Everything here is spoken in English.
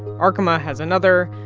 arkema has another.